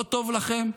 לא טוב לכם?